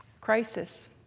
Crisis